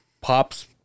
pops